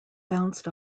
bounced